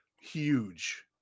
huge